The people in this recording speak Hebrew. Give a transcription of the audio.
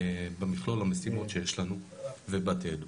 במכלול המשימות שיש לנו ובתיעדוף.